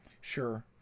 Sure